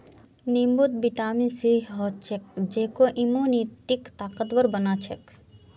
नींबूत vitamin C ह छेक जेको इम्यूनिटीक ताकतवर बना छेक